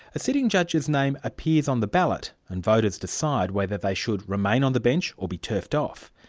a sitting judge's name appears on the ballot, and voters decide whether they should remain on the bench or be turfed off.